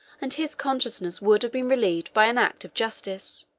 and his conscience would have been relieved by an act of justice.